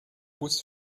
bus